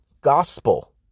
gospel